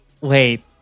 Wait